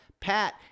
Pat